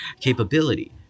capability